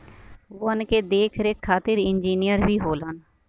वन के देख रेख खातिर इंजिनियर भी होलन